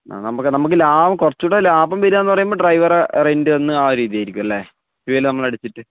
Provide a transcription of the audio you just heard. ആ നമുക്ക് നമുക്ക് ലാഭം കുറച്ചുകൂടെ ലാഭം വരുക എന്ന് പറയുമ്പോൾ ഡ്രൈവറെ റെൻറ്റ് ഒന്ന് ആ രീതിയായിരിക്കും അല്ലേ ഫ്യുവെൽ നമ്മൾ അടിച്ചിട്ട്